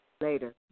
Later